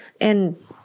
and-